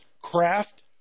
craft